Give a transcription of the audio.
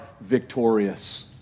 victorious